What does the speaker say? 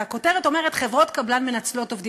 הכותרת אומרת "חברות קבלן מנצלות עובדים".